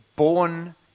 born